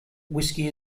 whiskey